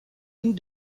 donc